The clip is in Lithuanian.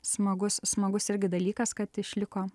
smagus smagus irgi dalykas kad išliko